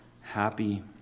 happy